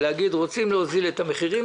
להגיד: רוצים להוזיל את המחירים?